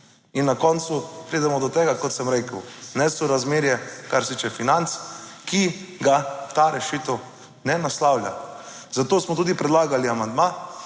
In na koncu pridemo do tega, kot sem rekel, nesorazmerje kar se tiče financ, ki ga ta rešitev ne naslavlja. Zato smo tudi predlagali amandma,